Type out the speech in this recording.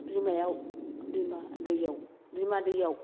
बिमायाव बिमा दैयाव बिमा दैयाव